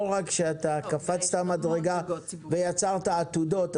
לא רק שאתה קפצת מדרגה ויצרת עתודות.